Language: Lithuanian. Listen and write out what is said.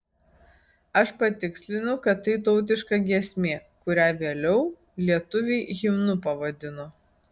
aš patikslinu kad tai tautiška giesmė kurią vėliau lietuviai himnu pavadino